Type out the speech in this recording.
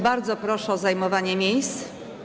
Bardzo proszę o zajmowanie miejsc.